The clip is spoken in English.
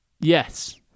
yes